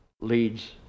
leads